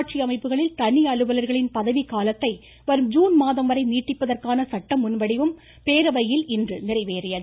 உள்ளாட்சி அமைப்புகளில் தனி அலுவலர்களின் பதவிக்காலத்தை வரும் ஜுன் மாதம் வரை நீட்டிப்பதற்கான சட்ட முன்வடிவு பேரவையில் இன்று நிறைவேறியது